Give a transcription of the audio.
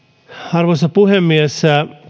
arvoisa puhemies